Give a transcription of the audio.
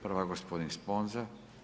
Prva gospodin Sponza.